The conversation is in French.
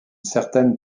certaine